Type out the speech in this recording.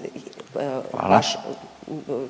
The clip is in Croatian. /...